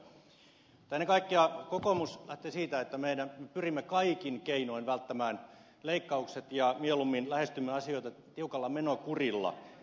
mutta ennen kaikkea kokoomus lähtee siitä että me pyrimme kaikin keinoin välttämään leikkaukset ja mieluummin lähestymme asioita tiukalla menokurilla